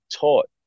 taught